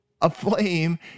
aflame